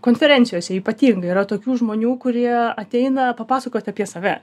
konferencijose ypatingai yra tokių žmonių kurie ateina papasakoti apie save